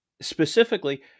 specifically